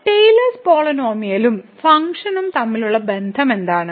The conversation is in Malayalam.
ടെയിലേഴ്സ് പോളിനോമിയലും ഫങ്ക്ഷനും തമ്മിലുള്ള ബന്ധം എന്താണ്